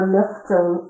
lifting